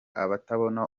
abatabona